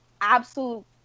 absolute